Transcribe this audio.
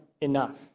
enough